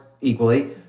equally